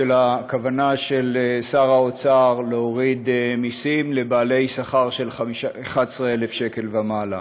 על הכוונה של שר האוצר להוריד מיסים לבעלי שכר של 11,000 שקל ומעלה.